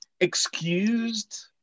excused